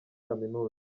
kaminuza